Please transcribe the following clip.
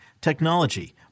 technology